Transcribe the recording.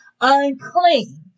unclean